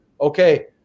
okay